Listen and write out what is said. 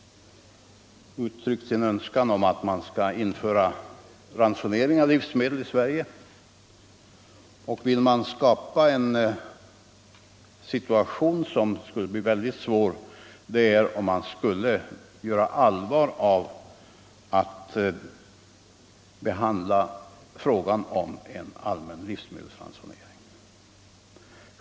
Torsdagen den uttryckt en önskan om att ransonering av livsmedel skulle införas i Sve 12 december 1974 — frige. söta prt or Det skulle nog skapas en väldigt svår situation om man verkligen Ytterligare insatser gjorde allvar av detta krav på en allmän livsmedelsransonering.